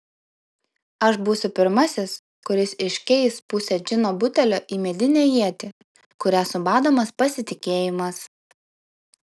aš būsiu pirmasis kuris iškeis pusę džino butelio į medinę ietį kuria subadomas pasitikėjimas